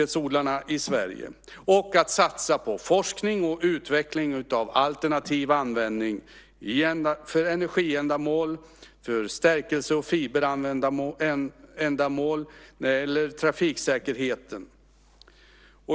Det handlar också om att satsa på forskning och utveckling av alternativ användning för energiändamål, för stärkelse och fiberändamål och när det gäller trafiksäkerheten.